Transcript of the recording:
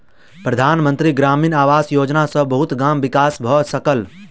प्रधान मंत्री ग्रामीण आवास योजना सॅ बहुत गाम विकसित भअ सकल